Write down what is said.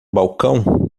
balcão